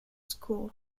school